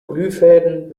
glühfäden